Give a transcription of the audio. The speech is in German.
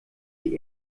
die